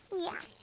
yeah.